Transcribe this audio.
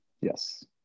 Yes